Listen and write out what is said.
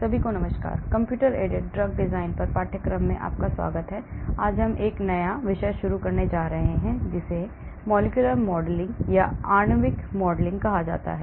सभी को नमस्कार कंप्यूटर एडेड ड्रग डिज़ाइन पर पाठ्यक्रम में आपका स्वागत है आज हम एक नया विषय शुरू करने जा रहे हैं जिसे आणविक मॉडलिंग कहा जाता है